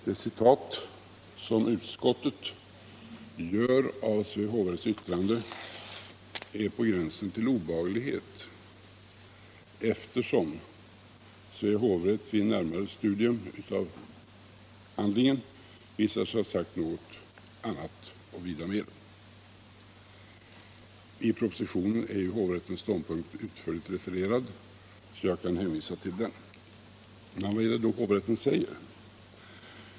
Det citat som utskottet gjort av Svea hovrätts yttrande står på gränsen till obehaglighet, eftersom Svea hovrätt — vid ett närmare studium av handlingen — visar sig ha sagt något annat och vida mer. I propositionen är hovrättens ståndpunkt utförligt refererad; jag kan därför hänvisa till det referatet. Vad är det då hovrätten säger?